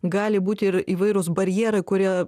gali būti ir įvairūs barjerai kurie